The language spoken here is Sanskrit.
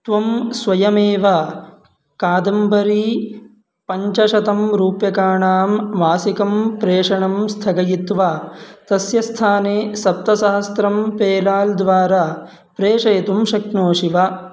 त्वं स्वयमेव कादम्बरी पञ्चशतं रूप्यकाणां मासिकं प्रेषणं स्थगयित्वा तस्य स्थाने सप्तसहस्रं पेलाल्द्वारा प्रेषयितुं शक्नोषि वा